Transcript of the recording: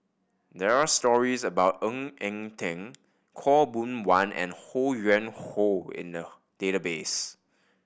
there are stories about Ng Eng Teng Khaw Boon Wan and Ho Yuen Hoe in the database